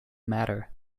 matter